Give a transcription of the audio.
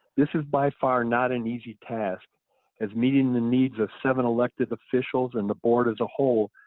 this is by far not an easy task as meeting the needs of seven elected officials and the board as a whole,